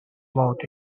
about